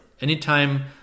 Anytime